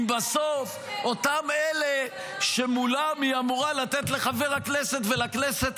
אם בסוף אותם אלה שמולם היא אמורה לתת לחבר הכנסת ולכנסת